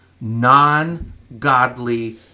non-godly